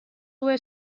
were